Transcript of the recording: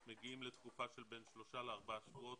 מגיעים לתקופה של בין שלושה לארבעה שבועות,